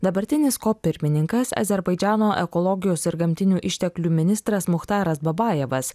dabartinis kop pirmininkas azerbaidžano ekologijos ir gamtinių išteklių ministras muchtaras babajevas